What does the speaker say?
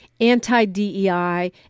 anti-DEI